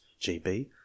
gb